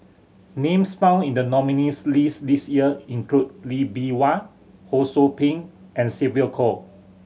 names found in the nominees' list this year include Lee Bee Wah Ho Sou Ping and Sylvia Kho